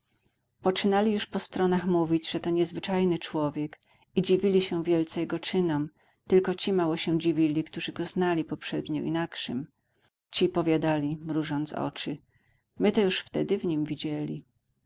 poczynali już po stronach mówić że to niezwyczajny człowiek i dziwili się wielce jego czynom tylko ci mało się dziwili którzy go znali poprzednio inakszym ci powiadali mrużąc oczy my to już wtedy w nim widzieli